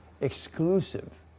exclusive